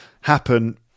happen